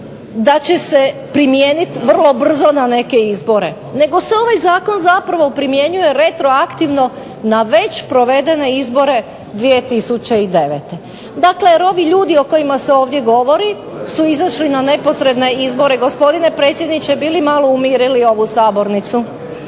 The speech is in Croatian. da će se primijeniti vrlo brzo na neke izbore nego se ovaj zakon zapravo primjenjuje retroaktivno na već provedene izbore 2009. Dakle jer ovi ljudi o kojima se ovdje govori su izašli na neposredne izbore. Gospodine predsjedniče bi li malo umirili ovu sabornicu?